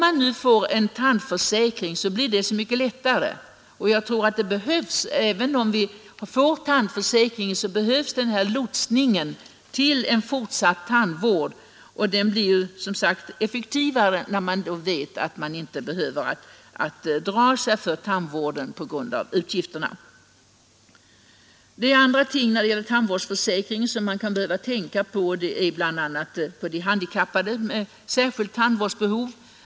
Om vi nu får en tandvårdsförsäkring blir detta så mycket lättare, och jag tror att även efter införandet av en tandförsäkring behövs den här lotsningen till en fortsatt tandvård. Den blir som sagt också effektivare, när man vet att man inte behöver dra sig för tandvården på grund av utgifterna. En annan sak som man behöver tänka på i fråga om tandvårdsförsäkringen är de handikappades särskilda tandvårdsbehov.